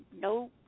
No